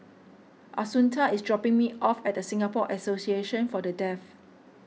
Assunta is dropping me off at the Singapore Association for the Deaf